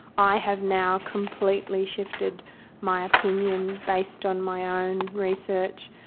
i have now completely shifted my opinion based on my ah own research.